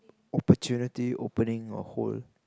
opportunity opening or hold